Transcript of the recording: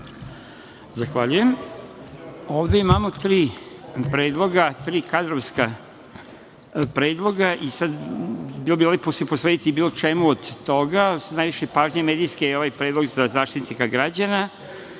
Zahvaljujem. Ovde imamo tri predloga, tri kadrovska predloga i bilo bi lepo posvetiti se bilo čemu od toga, najviše medijske pažnje je imao predlog za Zaštitnika građana.